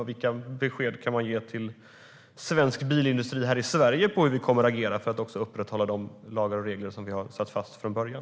Och vilka besked kan hon ge till svensk bilindustri här i Sverige om hur vi kommer att agera för att upprätthålla de lagar och regler som vi har slagit fast från början?